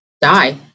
die